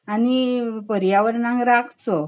आनी पर्यावरणाक राखचो